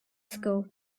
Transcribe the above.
school